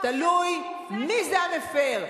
תלוי מי זה המפר.